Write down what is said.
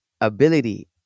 ability